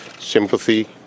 sympathy